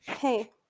Hey